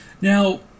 Now